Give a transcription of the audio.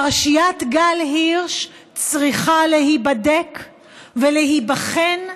פרשיית גל הירש צריכה להיבדק ולהיבחן,